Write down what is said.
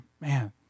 man